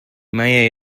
may